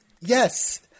Yes